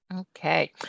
Okay